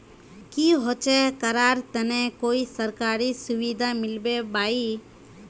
की होचे करार तने कोई सरकारी सुविधा मिलबे बाई?